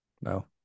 No